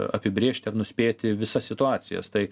apibrėžti ir nuspėti visas situacijas tai